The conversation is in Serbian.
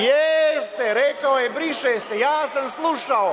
Jeste, rekao je - briše se, ja sam slušao.